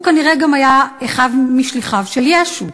הוא כנראה גם היה אחד משליחיו של ישו.